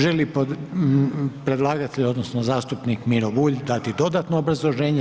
Želi li predlagatelj odnosno zastupnik Miro Bulj dati dodatno obrazloženje?